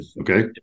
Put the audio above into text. Okay